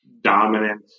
dominant